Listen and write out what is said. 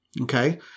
okay